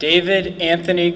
david anthony